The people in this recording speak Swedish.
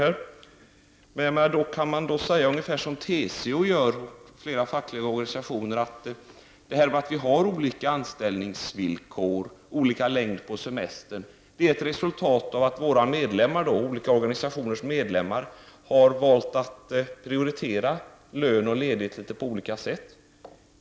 Jag menar att man kan säga ungefär som TCO och flera fackliga organisationer gör: att vi har olika anställningsvillkor och att olika längd på semestern är ett resultat av att olika organisationers medlemmar har valt att prioritera lön och ledighet på litet olika sätt.